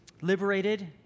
liberated